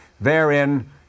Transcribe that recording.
therein